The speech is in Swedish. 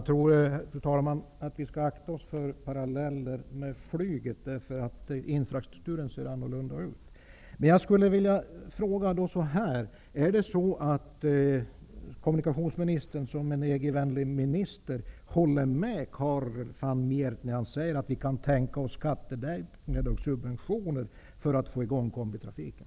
Fru talman! Jag tror att vi skall akta oss för att dra paralleller med flyget, därför att dess infrastruktur ser annorlunda ut. Håller kommunikationsministern, som ju är en EG-vänlig minister, med Karel van Miert? Denne säger ju: Vi kan tänka oss skattelättnader och subventioner för att få i gång kombitrafiken.